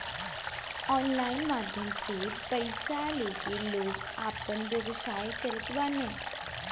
online माध्यम से पईसा लेके लोग आपन व्यवसाय करत बाने